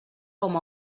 com